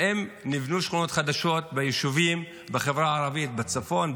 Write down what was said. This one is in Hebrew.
האם נבנו שכונות חדשות ביישובים בחברה הערבית בצפון,